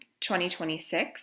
2026